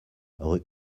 rue